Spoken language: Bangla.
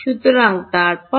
সুতরাং তারপর